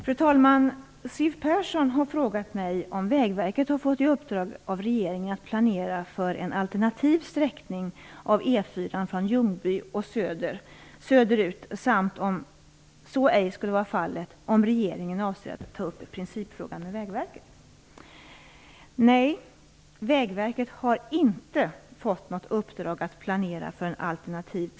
Fru talman! Siw Persson har frågat mig om Vägverket har fått i uppdrag av regeringen att planera för en alternativ sträckning av E 4:an från Ljungby och söderut samt, om så ej är fallet, om regeringen avser att ta upp principfrågan med Vägverket.